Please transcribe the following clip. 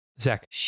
Zach